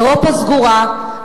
אירופה סגורה,